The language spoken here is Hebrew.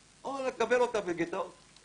כן, כי זה בכלל נראה לי לא היה אף פעם.